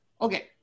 Okay